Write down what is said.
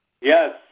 Yes